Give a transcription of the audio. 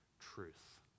truth